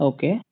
Okay